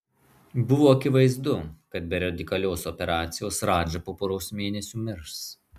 buvo akivaizdu kad be radikalios operacijos radža po poros mėnesių mirs